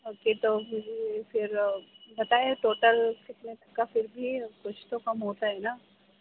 okay تو پھر پھر بتائیں ٹوٹل کتنے تک کا پھر بھی کچھ تو کم ہوتا ہے نا